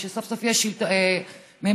וסוף-סוף יש ממשלה,